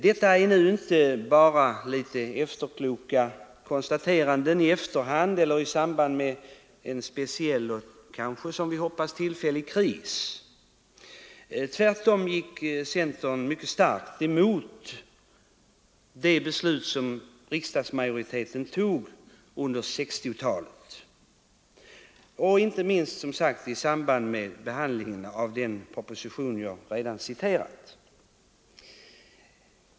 Detta är inte bara några efterkloka konstateranden i samband med en speciell och kanske, som vi hoppas, tillfällig kris. Centern gick mycket starkt emot de jordbrukspolitiska beslut som riksdagsmajoriteten fattade under 1960-talet, inte minst i samband med behandlingen av den proposition jag citerat.